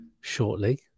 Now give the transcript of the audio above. shortly